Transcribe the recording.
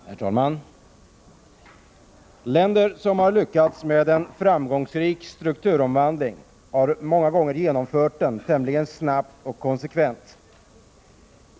Herr talman! Länder som har lyckats med en framgångsrik strukturomvandling har många gånger genomfört den tämligen snabbt och konsekvent.